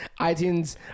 iTunes